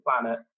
planet